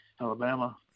Alabama